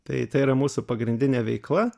tai tai yra mūsų pagrindinė veikla